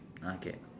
okay